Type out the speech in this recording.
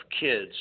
kids